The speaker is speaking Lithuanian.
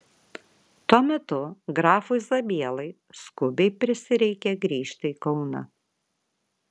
tuo metu grafui zabielai skubiai prisireikė grįžti į kauną